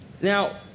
Now